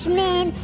men